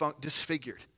disfigured